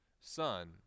Son